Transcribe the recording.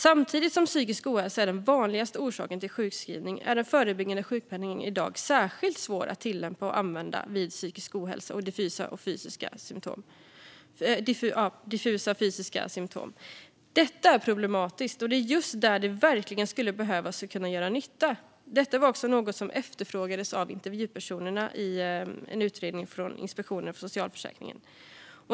Samtidigt som psykisk ohälsa är den vanligaste orsaken till sjukskrivning är den förebyggande sjukpenningen i dag särskilt svår att tillämpa och använda vid psykisk ohälsa och diffusa fysiska symtom. Detta är problematiskt, då det är just där den verkligen skulle behövas och kunna göra nytta. Det var också något som efterfrågades av intervjupersonerna i en utredning från Inspektionen för socialförsäkringen.